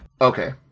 Okay